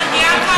עד ינואר?